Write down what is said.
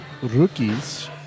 rookies